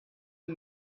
and